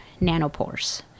nanopores